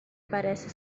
parece